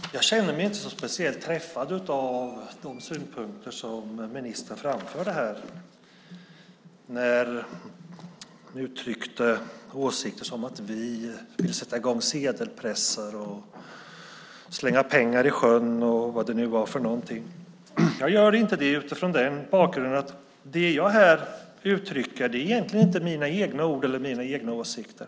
Fru talman! Jag känner mig inte speciellt träffad av de synpunkter som ministern framförde här som att vi vill sätta i gång sedelpressar, slänga pengar i sjön och vad det nu var för något. Det gör jag inte mot bakgrund av att det jag här uttrycker egentligen inte är mina egna ord eller mina egna åsikter.